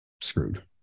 screwed